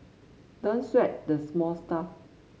don't sweat the small stuff